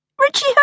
Richie